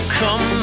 come